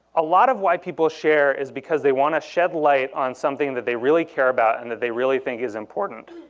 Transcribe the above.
a lot of why people share is because they want to shed light on something that they really care about, and that they really think is important.